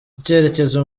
icyerekezo